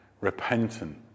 repentant